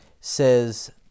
says